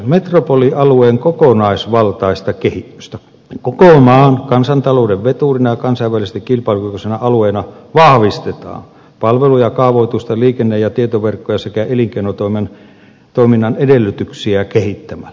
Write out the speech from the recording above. metropolialueen kokonaisvaltaista kehitystä koko maan kansantalouden veturina ja kansainvälisesti kilpailukykyisenä alueena vahviste taan palveluja kaavoitusta liikenne ja tietoverkkoja sekä elinkeinotoiminnan edellytyksiä kehittämällä